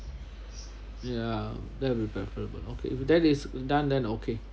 ya that will be preferable okay if that is done then okay